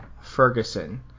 Ferguson